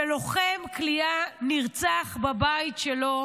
שלוחם כליאה נרצח בבית שלו,